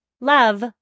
Love